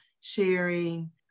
sharing